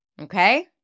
Okay